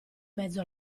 mezzo